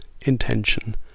intention